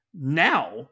now